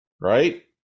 Right